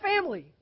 family